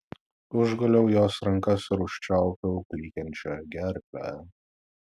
užguliau jos rankas ir užčiaupiau klykiančią gerklę